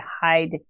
hide